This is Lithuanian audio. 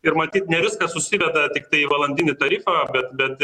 ir matyt ne viskas susideda tiktai į valandinį tarifą bet bet